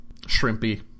shrimpy